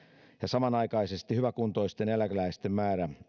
ja samanaikaisesti hyväkuntoisten eläkeläisten määrä